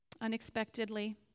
unexpectedly